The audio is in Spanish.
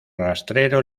rastrero